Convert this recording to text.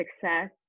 success